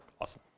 Awesome